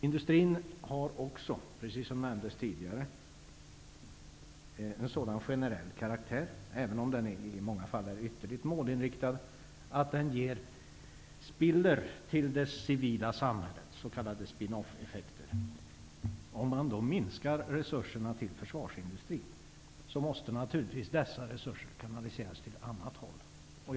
Industrin har också, som nämndes tidigare, en sådan generell karaktär, även om den i många fall är ytterligt målinriktad, att den ger s.k. spin-off-effekter i det civila samhället. Om man minskar resurserna till försvarsindustrin måste dessa resurser kanaliseras åt annat håll.